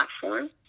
platform